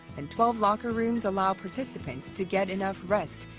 and twelve locker rooms allow participants to get enough rest,